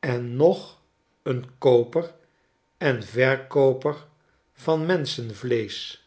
en noch een kooper en verkooper van menschenvleesch